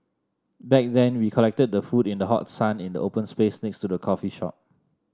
back then we collected the food in the hot sun in the open space next to the coffee shop